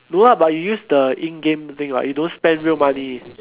no lah but you use the in game thing [what] you don't spend real money